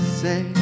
say